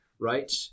right